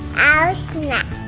ah snap!